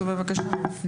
בבקשה.